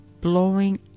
blowing